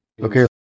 okay